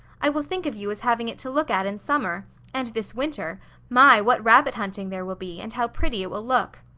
i will think of you as having it to look at in summer and this winter my, what rabbit hunting there will be, and how pretty it will look!